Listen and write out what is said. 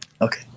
okay